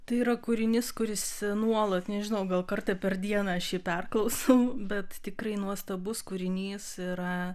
tai yra kūrinys kuris nuolat nežinau gal kartą per dieną aš jį perklausau bet tikrai nuostabus kūrinys yra